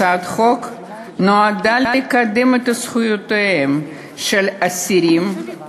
הצעת החוק נועדה לקדם את זכויותיהם של האסירים